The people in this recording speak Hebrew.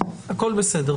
הכול בסדר.